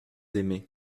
aimaient